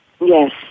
Yes